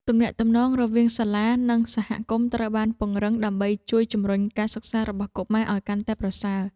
ទំនាក់ទំនងរវាងសាលានិងសហគមន៍ត្រូវបានពង្រឹងដើម្បីជួយជំរុញការសិក្សារបស់កុមារឱ្យកាន់តែប្រសើរ។